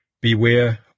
beware